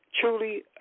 Truly